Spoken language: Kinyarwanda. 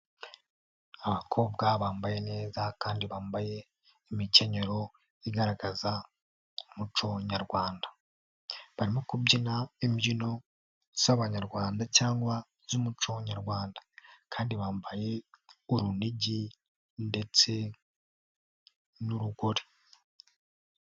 Abakobwa bambaye neza kandi bambaye imikenyero igaragaza umuco nyarwanda. Barimo kubyina imbyino z'Abanyarwanda cyangwa iz'umuco nyarwanda kandi bambaye urunigi ndetse n'urugoreri.